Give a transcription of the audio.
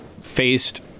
faced